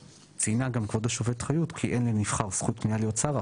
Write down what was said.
ציינה גם כבוד השופטת חיות כי אין לנבחר זכות קנויה להיות שר,